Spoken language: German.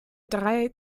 drei